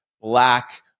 black